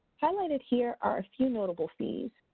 highlighted here are a few notable fees.